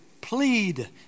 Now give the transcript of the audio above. plead